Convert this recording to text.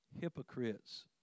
hypocrites